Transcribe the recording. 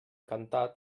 cantat